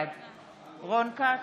בעד רון כץ,